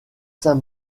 saint